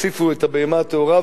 הוסיפו את הבהמה הטהורה,